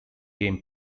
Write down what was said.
game